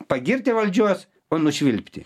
pagirti valdžios o nušvilpti